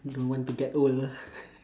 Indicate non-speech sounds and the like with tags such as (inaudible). don't want to get old ah (laughs)